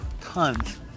tons